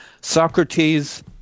Socrates